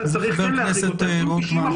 שצריך להכניס אותם.